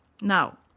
Now